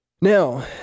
Now